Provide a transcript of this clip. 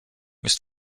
ist